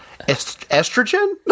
Estrogen